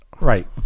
Right